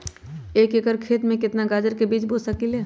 एक एकर खेत में केतना गाजर के बीज बो सकीं ले?